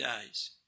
days